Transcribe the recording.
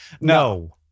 no